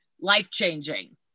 life-changing